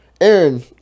Aaron